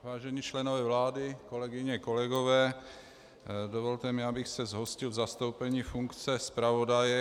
Vážení členové vlády, kolegyně, kolegové, dovolte mi, abych se zhostil v zastoupení funkce zpravodaje.